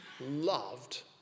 loved